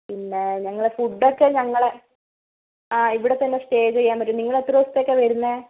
പിന്നെ ഞങ്ങൾ ഫുഡ് ഒക്കെ ഞങ്ങൾ ആ ഇവിടെത്തന്നെ സ്റ്റേ ചെയ്യാൻ പറ്റും നിങ്ങൾ എത്ര ദിവസത്തേക്കാണ് വരുന്നത്